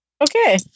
Okay